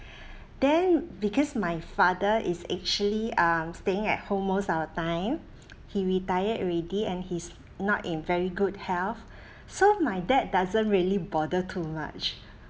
then because my father is actually um staying at home most of the time he retired already and he's not in very good health so my dad doesn't really bother too much